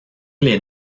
les